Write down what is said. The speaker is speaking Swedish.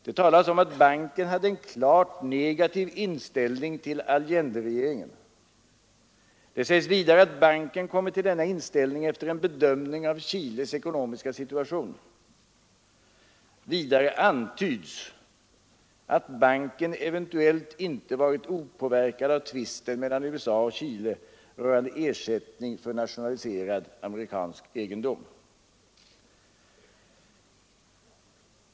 Det talas om att banken hade en klart negativ inställning till Allenderegeringen. Det sägs vidare att banken kommit till denna inställning efter en bedömning av Chiles ekonomiska situation. Vidare antyds att banken eventuellt inte varit opåverkad av tvisten mellan USA och Chile rörande ersättning för nationaliserad amerikansk egendom.